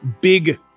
big